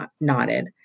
nodded